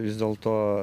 vis dėlto